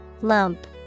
Lump